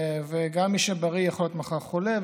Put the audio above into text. גם מי שבריא יכול להיות מחר חולה,